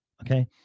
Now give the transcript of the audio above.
Okay